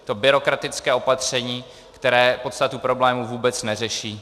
Je to byrokratické opatření, které podstatu problému vůbec neřeší.